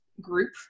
group